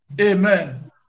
Amen